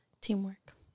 teamwork